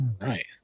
Right